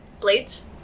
Blades